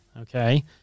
okay